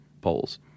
polls